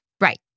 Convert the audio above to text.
right